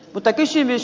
mutta kysymys